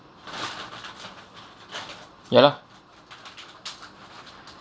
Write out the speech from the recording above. ya lah